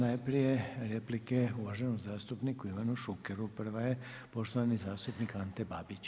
Najprije replike uvaženom zastupniku Ivanu Šukeru, prva je poštovani zastupnik Ante Babić.